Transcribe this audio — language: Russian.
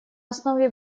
основе